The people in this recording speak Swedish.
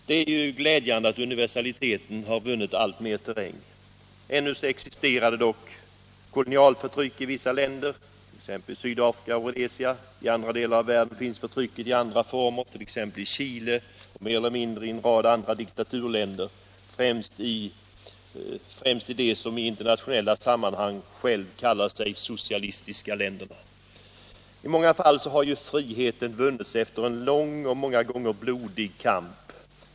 Det är glädjande att universaliteten vunnit alltmer terräng. Ännu existerar dock kolonialförtryck i vissa delar av världen, t.ex. i Sydafrika och Rhodesia. I andra delar av världen finns förtrycket i andra former, t.ex. i Chile och mer eller mindre i en rad andra diktaturländer, främst i dem som i internationella sammanhang själva kallar sig socialistiska. I många fall har friheten vunnits efter en lång och många gånger blodig kamp.